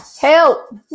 help